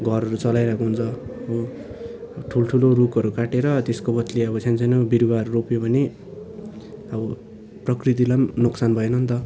घरहरू चलाइरहेको हुन्छ हो ठुलठुलो रुखहरू काटेर त्यसको बदली अब सानसानो बिरुवाहरू रोप्यो भने अब प्रकृतिलाई पनि नोक्सान भएन नि त